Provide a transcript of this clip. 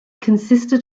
consisted